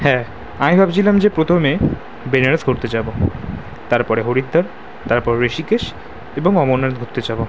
হ্যাঁ আমি ভাবছিলাম যে প্রথমে বেনারস ঘুরতে যাব তারপরে হরিদ্বার তারপর ঋষিকেশ এবং অমরনাথ ঘুরতে যাব